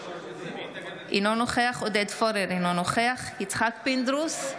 אינו נוכח עודד פורר, אינו נוכח יצחק פינדרוס,